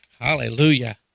Hallelujah